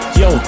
yo